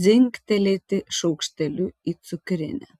dzingtelėti šaukšteliu į cukrinę